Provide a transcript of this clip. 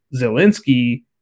Zelensky